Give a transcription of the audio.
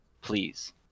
please